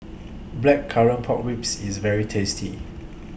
Blackcurrant Pork Ribs IS very tasty